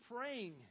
praying